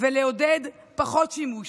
ולעודד פחות שימוש,